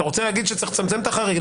אתה רוצה להגיד שצריך לצמצם את החריג,